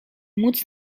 móc